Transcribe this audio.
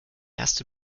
erste